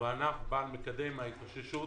הוא ענף בעל מקדם ההתאוששות